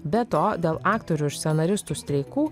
be to dėl aktorių ir scenaristų streikų